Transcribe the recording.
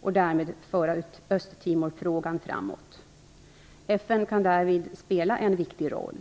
och därmed föra Östtimorfrågan framåt. FN kan därvid spela en viktig roll.